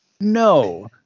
No